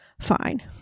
Fine